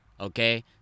Okay